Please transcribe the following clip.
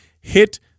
hit